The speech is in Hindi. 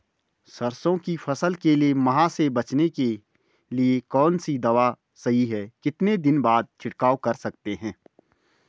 सरसों की फसल के लिए माह से बचने के लिए कौन सी दवा सही है कितने दिन बाद छिड़काव कर सकते हैं?